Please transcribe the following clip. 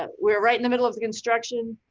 ah we're right in the middle of the construction,